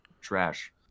Trash